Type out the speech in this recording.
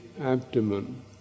abdomen